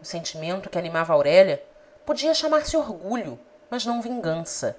o sentimento que animava aurélia podia chamar-se orgulho mas não vingança